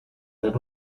ser